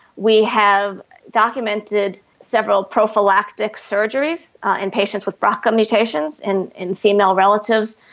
we have documented several prophylactic surgeries in patients with brca mutations, in in females relatives,